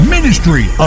Ministry